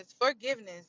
Forgiveness